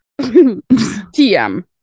TM